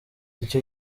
icyo